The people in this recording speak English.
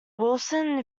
wilson